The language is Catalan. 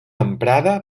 emprada